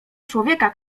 człowieka